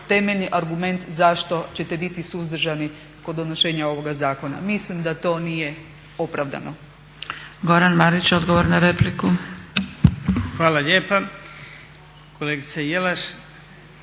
temeljni argument zašto ćete biti suzdržani kod donošenja ovoga zakona. Mislim da to nije opravdano.